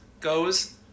goes